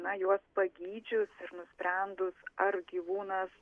na juos pagydžius ir nusprendus ar gyvūnas